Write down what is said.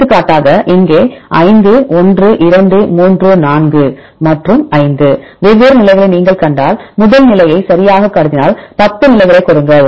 எடுத்துக்காட்டாக இங்கே 5 1 2 3 4 மற்றும் 5 வெவ்வேறு நிலைகளை நீங்கள் கண்டால் முதல் நிலையை சரியாகக் கருதினால் 10 நிலைகளை கொடுங்கள்